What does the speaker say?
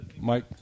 Mike